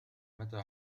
متى